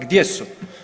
Gdje su?